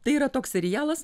tai yra toks serialas